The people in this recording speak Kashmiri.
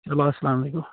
چلو اَسلام علیکُم